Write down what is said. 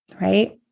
Right